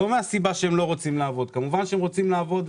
רוב הסיכויים שהם יישארו בלי עבודה לא מהסיבה שהם לא רוצים לעבוד,